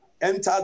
entered